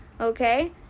Okay